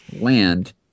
land